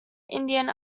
indian